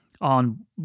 on